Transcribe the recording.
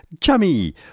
chummy